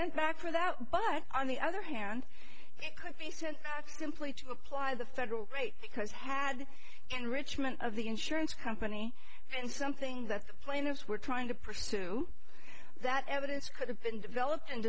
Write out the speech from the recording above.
sent back for that but on the other hand it could be sent out simply to apply the federal rate because had in richmond of the insurance company and something that the plaintiffs were trying to pursue that evidence could have been developed and